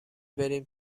بریم